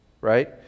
Right